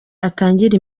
atangira